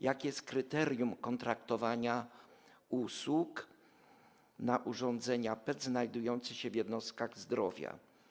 Jakie jest kryterium kontraktowania usług na urządzenia PET znajdujące się w jednostkach zdrowia?